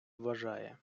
вважає